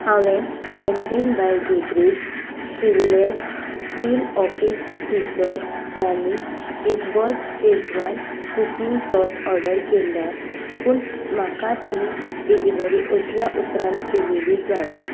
हांवें canteen by Godrej stainless steel office scissor आनी chef boss schezwan cooking sauce order केल्यात पूण म्हाका ती डिलिव्हरी अठरा उपरांत केल्ली जाय